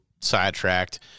Sidetracked